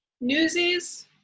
newsies